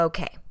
Okay